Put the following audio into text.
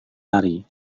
lari